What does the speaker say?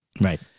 Right